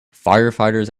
firefighters